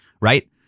right